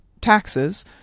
taxes